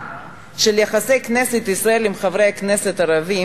של יחסי כנסת ישראל עם חברי הכנסת הערבים,